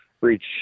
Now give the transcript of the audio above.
reach